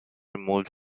removed